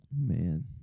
man